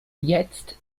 jetzt